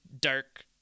dark